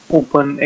open